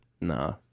Nah